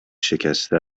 شکسته